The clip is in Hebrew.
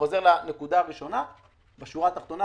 בשורה התחתונה,